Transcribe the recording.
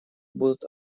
будут